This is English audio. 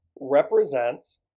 represents